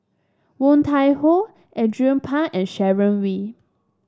Woon Tai Ho Andrew Phang and Sharon Wee